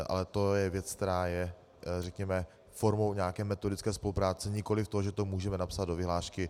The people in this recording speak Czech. Ale to je věc, která je řekněme formou nějaké metodické spolupráce, nikoliv toho, že to můžeme napsat do vyhlášky.